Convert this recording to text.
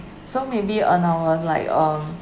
so maybe and I will like um